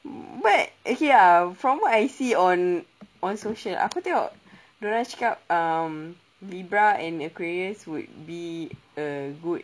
but okay ah from what I see on on social aku tengok dia orang cakap libra and aquarius would be a good